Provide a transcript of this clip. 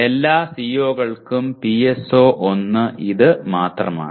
എല്ലാ CO കൾക്കും PSO1 ഇത് മാത്രമാണ്